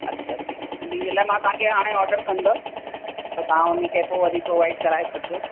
अच्छा अच्छा हुनजे लाइ मां तव्हांखे हाणे ऑडर कंदसि त तव्हां हुनखे पोइ वरी प्रोवाइड कराए छॾिजो